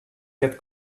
get